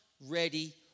ready